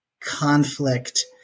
conflict